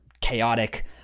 chaotic